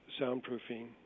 soundproofing